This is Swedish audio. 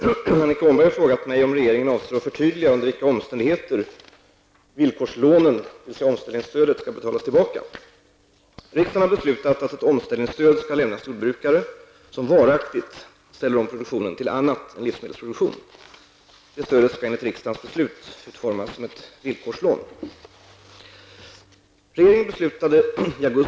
Herr talman! Annika Åhnberg har frågat mig om regeringen avser att förtydliga under vilka omständigheter villkorslånen, dvs. Riksdagen har beslutat att ett omställningsstöd skall lämnas till jordbrukare som varaktigt ställer om produktionen till annat än livsmedelsproduktion. Stödet skall enligt riksdagens beslut utformas som ett villkorslån.